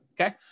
Okay